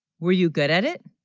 were you good at it